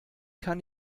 kann